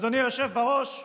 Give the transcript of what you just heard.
אדוני היושב בראש,